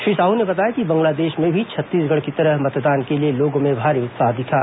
श्री साहू ने बताया कि बांग्लादेश में भी छत्तीसगढ़ की तरह मतदान के लिए लोगों में भारी उत्साह दिखा